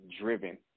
driven